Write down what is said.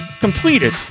completed